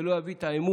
זה לא יביא את האמון,